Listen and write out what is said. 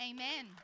Amen